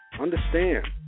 Understand